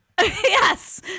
Yes